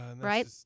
right